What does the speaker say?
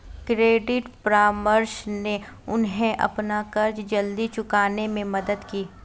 credit परामर्श ने उन्हें अपना कर्ज जल्दी चुकाने में मदद की